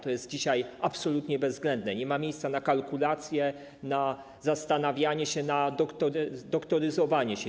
To jest dzisiaj rzecz absolutnie bezwzględna, nie ma miejsca na kalkulacje, na zastanawianie się, na ˝doktoryzowanie się˝